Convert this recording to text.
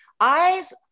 Eyes